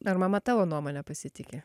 ar mama tavo nuomone pasitiki